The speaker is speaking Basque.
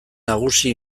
nagusi